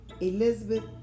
Elizabeth